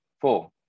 Four